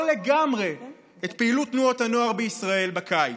לגמרי את פעילות תנועות הנוער בישראל בקיץ.